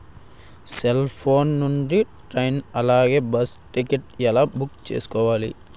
Cell phone నుండి train అలాగే bus ticket ఎలా బుక్ చేసుకోవాలి?